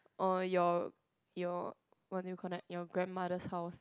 oh your your what do you connect your grandmother's house